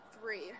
three